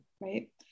right